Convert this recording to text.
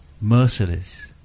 merciless